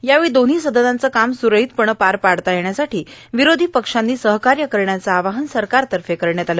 यावेळी दोन्ही सदनांचं काम सुरळीतपणे पार पाडता येण्यासाठी विरोधी पक्षांनी सहकार्य करण्याचं आवाहन सरकारतर्फे करण्यात आलं